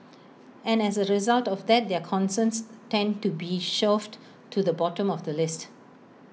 and as A result of that their concerns tend to be shoved to the bottom of the list